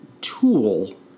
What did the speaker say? tool